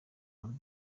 hanze